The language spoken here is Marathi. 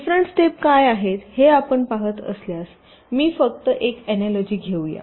डिफरेंट स्टेप काय आहेत हे आपण पहात असल्यास मी फक्त एक अनालॉजि घेऊ या